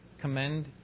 commend